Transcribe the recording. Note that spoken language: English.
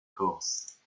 course